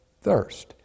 thirst